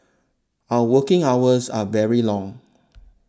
our working hours are very long